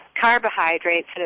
carbohydrates